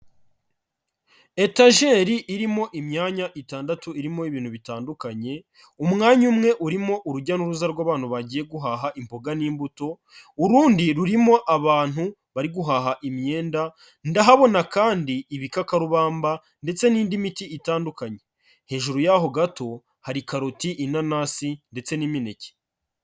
Etajeri irimo imyanya itandatu irimo ibintu bitandukanye, umwanya umwe urimo urujya n'uruza rw'abantu bagiye guhaha imboga n'imbuto, urundi rurimo abantu bari guhaha imyenda, ndahabona kandi ibikakarubamba ndetse n'indi miti itandukanye. Hejuru yaho gato hari karoti, inanasi ndetse n'imineke.